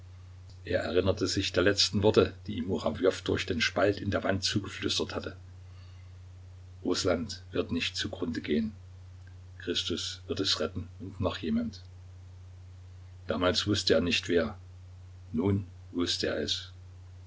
er erinnerte sich der letzten worte die ihm murawjow durch den spalt in der wand zugeflüstert hatte rußland wird nicht zugrunde gehen christus wird es retten und noch jemand damals wußte er nicht wer nun wußte er es